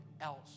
else